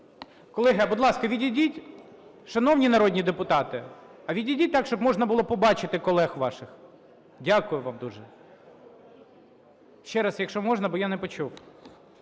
Колеги, будь ласка, відійдіть. Шановні народні депутати, а відійдіть так, щоб можна було побачити колег ваших. Дякую вам дуже. Ще раз, якщо можна, бо я не почув.